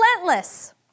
relentless